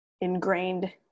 ingrained